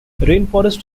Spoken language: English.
rainforests